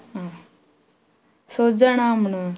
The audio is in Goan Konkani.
आं सच जाणां हा म्हणून